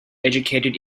educated